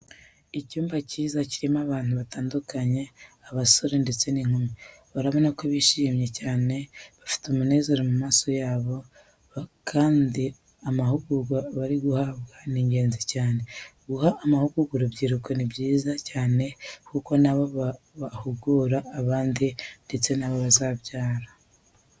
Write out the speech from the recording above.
Icyumba cyiza kirimo abantu batandukanye, abasore ndetse n'inkumi. Urabona ko bishimye cyane bafite umunezero mu maso yabo, kandi ko amahugurwa bari guhabwa ari ingenzi cyane. Guha amahugurwa urubyiruko ni byiza cyane kuko na bo bahugura abandi ndetse n'abo bazabyara.